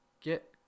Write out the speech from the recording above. get